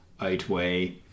outweigh